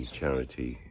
charity